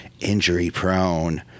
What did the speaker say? injury-prone